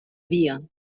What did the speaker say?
dia